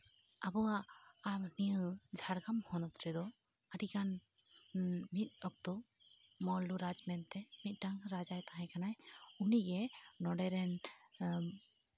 ᱟᱵᱚᱣᱟᱜ ᱱᱤᱭᱟᱹ ᱡᱷᱟᱲᱜᱨᱟᱢ ᱦᱚᱱᱚᱛ ᱨᱮᱫᱚ ᱟᱹᱰᱤᱜᱟᱱ ᱢᱤᱫ ᱚᱠᱛᱚ ᱢᱚᱞᱞᱚ ᱨᱟᱡᱽ ᱢᱮᱱᱛᱮ ᱢᱤᱫᱴᱟᱝ ᱨᱟᱡᱟᱭ ᱛᱟᱦᱮᱸ ᱠᱟᱱᱟᱭ ᱩᱱᱤᱜᱮ ᱱᱚᱰᱮᱨᱮᱱ